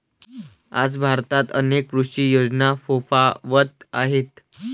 आज भारतात अनेक कृषी योजना फोफावत आहेत